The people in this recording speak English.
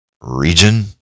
region